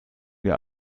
wir